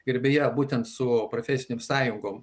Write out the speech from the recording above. ir beje būtent su profesinių sąjungų